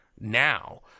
now